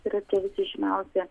yra tie visi žymiausi